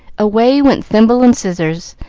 away went thimble and scissors,